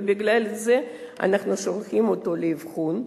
ובגלל זה אנחנו שולחים אותו לאבחון,